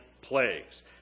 plagues